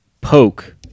poke